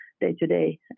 day-to-day